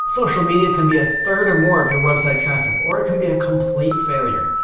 social media can be a third or more of your website traffic or it can be a complete failure.